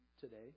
today